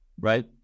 right